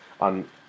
on